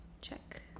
Check